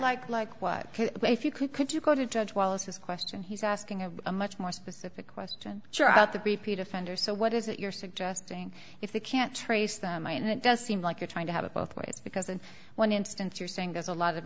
like like what if you could could you go to judge wallace's question he's asking a a much more specific question about the repeat offender so what is it you're suggesting if they can't trace them i mean it does seem like you're trying to have it both ways because in one instance you're saying there's a lot of